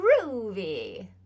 groovy